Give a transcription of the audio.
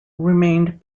remained